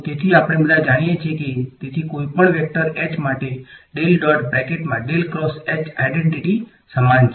તેથી આપણે બધા જાણીએ છીએ કે તેથી કોઈપણ વેક્ટર H માટે આઈડેંટીટી સમાન છે